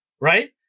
right